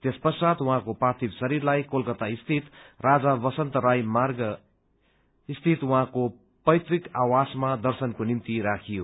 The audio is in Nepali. त्यस पश्चात उहाँको पार्थिव शरीरलाई कोलकता स्थित राजा बसन्त राय मार्ग स्थित उहाँको पैतृक आवासमा दर्शनको निम्ति राखियो